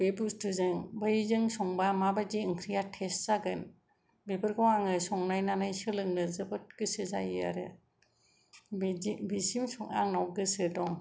बे बुसथुजों बैजों संबा माबादि ओंख्रिया टेस्ट जागोन बेफोरखौ आङो संनायनानै सोलोंनो जोबोद गोसो जायो आरो बिदि आंनाव गोसो दं